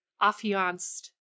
affianced